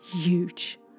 huge